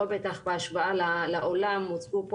בטח לא בהשוואה לעולם הוצגו פה